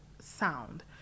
sound